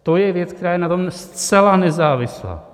To je věc, která je na tom zcela nezávislá.